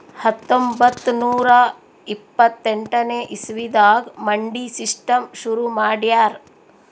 ಹತ್ತೊಂಬತ್ತ್ ನೂರಾ ಇಪ್ಪತ್ತೆಂಟನೇ ಇಸವಿದಾಗ್ ಮಂಡಿ ಸಿಸ್ಟಮ್ ಶುರು ಮಾಡ್ಯಾರ್